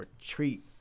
treat